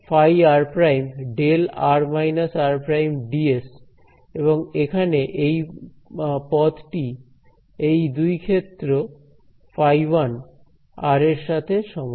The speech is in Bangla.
সুতরাং ϕr′δr − r′ ds এবং এখানে এই পদটি এই দুই ক্ষেত্র ϕ1 এর সাথে সমান